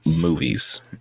movies